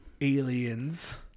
aliens